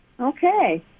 Okay